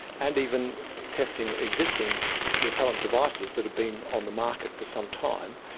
and even testing existing repellent devices that have been on the market for some time,